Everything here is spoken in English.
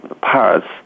parts